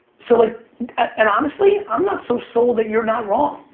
so like and honestly, i'm not so sold that you're not wrong.